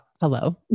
hello